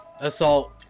assault